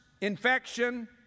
infection